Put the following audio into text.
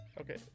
okay